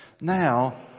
Now